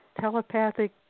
telepathic